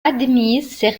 admises